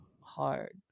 hard